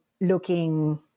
looking